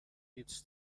its